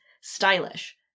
stylish